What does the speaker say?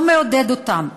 לא מעודד אותם.